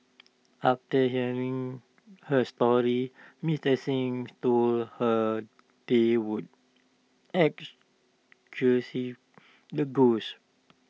after hearing her story Mister Xing told her they would exorcise the ghosts